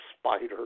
spider